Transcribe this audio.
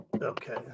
Okay